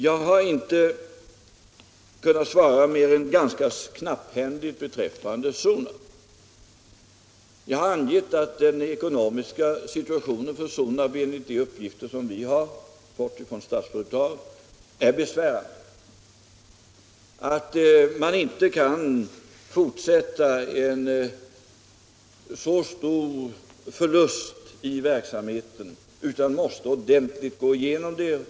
Jag har inte kunnat lämna annat än ett ganska knapphändigt svar beträffande Sonab. Jag har angett att den ekonomiska situationen för Sonab enligt de uppgifter vi fått från Statsföretag är besvärande och att man inte kan fortsätta med en så stor förlust i verksamheten utan ordentligt måste gå igenom det hela.